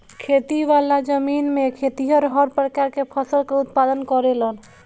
खेती वाला जमीन में खेतिहर हर प्रकार के फसल के उत्पादन करेलन